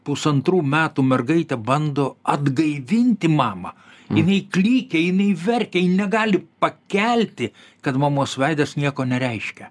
pusantrų metų mergaitė bando atgaivinti mamą inai klykia jinai verkia ji negali pakelti kad mamos veidas nieko nereiškia